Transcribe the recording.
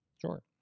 Sure